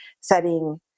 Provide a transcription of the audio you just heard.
setting